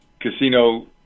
casino